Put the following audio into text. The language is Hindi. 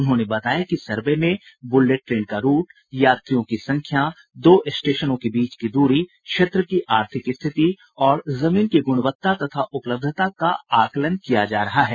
उन्होंने बताया कि सर्वे में बुलेट ट्रेन का रूट यात्रियों की संख्या दो स्टेशनों के बीच की दूरी क्षेत्र की आर्थिक स्थिति और जमीन की गुणवत्ता तथा उपलब्धता का आकलन किया जा रहा है